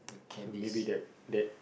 so maybe that that